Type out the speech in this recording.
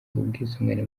ubwisungane